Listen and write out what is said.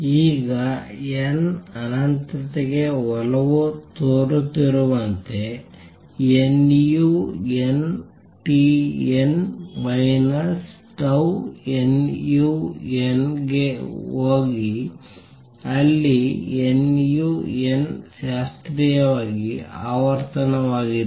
ಈಗ n ಅನಂತತೆಗೆ ಒಲವು ತೋರುತ್ತಿರುವಂತೆ nu n t n minus tau nu n ಗೆ ಹೋಗಿ ಅಲ್ಲಿ nu n ಶಾಸ್ತ್ರೀಯ ಆವರ್ತನವಾಗಿದೆ